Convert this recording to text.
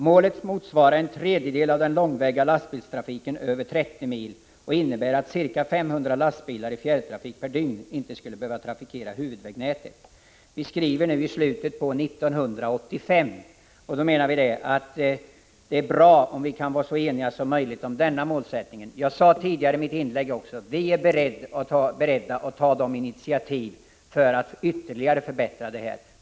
Målet motsvarar en tredjedel av den långväga lastbilstrafiken över 30 mil och innebär att ca 500 lastbilar i fjärrtrafik per dygn inte skulle behöva trafikera huvudvägnätet.” Vi är nui slutet av 1985, och då anser vi för vår del att det är bra om det kan råda så stor enighet som möjligt om denna målsättning. Jag sade tidigare att vi är beredda att ta initiativ för att ytterligare förbättra situationen.